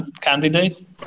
candidate